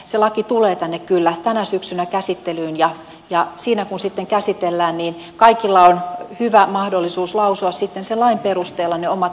se laki tulee tänne kyllä tänä syksynä käsittelyyn ja kun sitä sitten käsitellään kaikilla on hyvä mahdollisuus lausua sen lain perusteella omat näkemyksensä